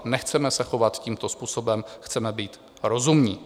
Nechceme se chovat tímto způsobem, chceme být rozumní.